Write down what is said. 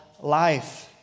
life